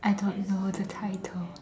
I don't know the title